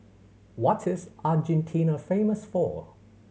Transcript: what is Argentina famous for